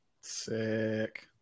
Sick